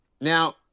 Now